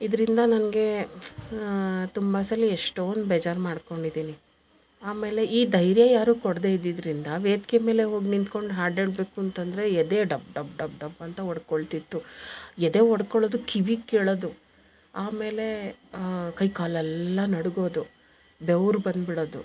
ಇದರಿಂದ ನನಗೆ ತುಂಬಾ ಸಲಿ ಎಷ್ಟೊಂದು ಬೇಜಾರು ಮಾಡ್ಕೊಂಡಿದ್ದೀನಿ ಆಮೇಲೆ ಈ ಧೈರ್ಯ ಯಾರು ಕೊಡದೇ ಇದ್ದಿದರಿಂದ ವೇದಿಕೆ ಮೇಲೆ ಹೋಗಿ ನಿಂತ್ಕೊಂಡು ಹಾಡು ಹಾಡಬೇಕು ಅಂತಂದರೆ ಎದೆ ಡಬ್ ಡಬ್ ಡಬ್ ಅಂತ ಹೊಡ್ಕೊಳ್ತಿತ್ತು ಎದೆ ಹೊಡ್ಕೊಳ್ಳೊದು ಕಿವಿಗೆ ಕೇಳೋದು ಆಮೇಲೆ ಕೈಕಾಲೆಲ್ಲ ನಡ್ಗೋದು ಬೆವ್ರು ಬಂದ್ಬಿಡೋದು